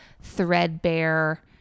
threadbare